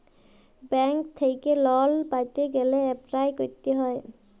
bank থ্যাইকে লল পাইতে গ্যালে এপ্লায় ক্যরতে হ্যয়